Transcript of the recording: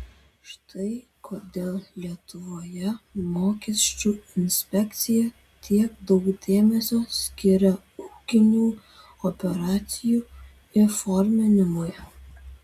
štai kodėl lietuvoje mokesčių inspekcija tiek daug dėmesio skiria ūkinių operacijų įforminimui